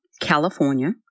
California